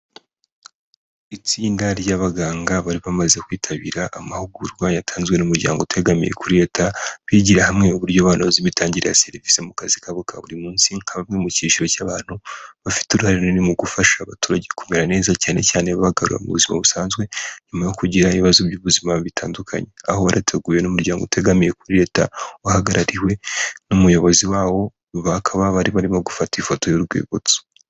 Itsinda ry'abaganga bari bamaze kwitabira amahugurwa yatanzwe n'umuryango utegamiye kuri Leta, bigira hamwe uburyo banoza imitangire ya serivisi mu kazi kabo ka buri munsi, nka bamwe mu cyiciro cy'abantu bafite uruhare runini mu gufasha abaturage kumera neza cyane cyane babagarura mu buzima busanzwe, nyuma yo kugira ibibazo by'ubuzima bitandukanye. Aho wari wateguwe n'umuryango utegamiye kuri Leta uhagarariwe n'Umuyobozi wawo, bakaba bari barimo gufata ifoto y'urwibutso.